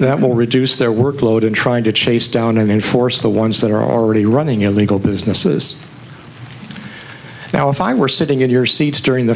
that will reduce their workload and trying to chase down and enforce the ones that are already running illegal businesses now if i were sitting in your seats during the